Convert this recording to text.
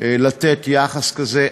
לתת יחס כזה.